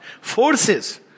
forces